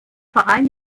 verein